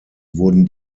wurden